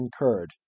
incurred